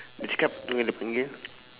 dia cakap dua dia panggil